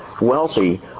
wealthy